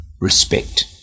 respect